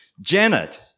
Janet